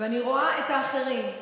אני רואה את האחרים,